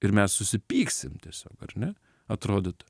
ir mes susipyksim tiesiog ar ne atrodytų